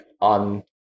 on